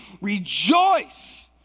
rejoice